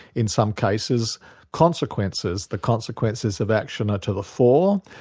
in some cases consequences, the consequences of action are to the fore,